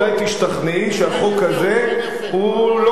אולי תשתכנעי שהחוק הזה הוא לא